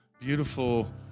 beautiful